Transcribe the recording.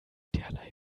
derlei